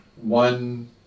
one